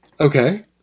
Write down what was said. Okay